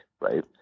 right